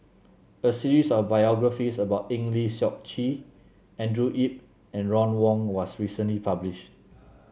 a series of biographies about Eng Lee Seok Chee Andrew Yip and Ron Wong was recently published